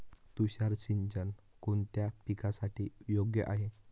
तुषार सिंचन कोणत्या पिकासाठी योग्य आहे?